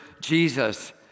Jesus